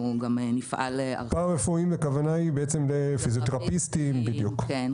אנחנו גם נפעל --- פרא רפואיים הכוונה היא לפיזיותרפיסטים כן,